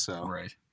Right